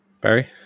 Barry